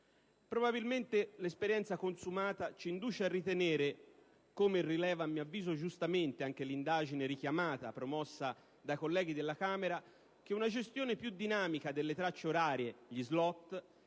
Probabilmente l'esperienza consumata ci induce a ritenere, come rileva, a mio avviso giustamente, anche l'indagine conoscitiva richiamata, promossa dai colleghi della Camera, che una gestione più dinamica delle tracce orarie (gli *slot*)